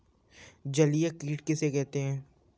जलीय कीट किसे कहते हैं?